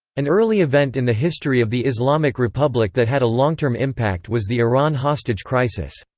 an early event in the history of the islamic republic that had a long-term impact was the iran hostage crisis.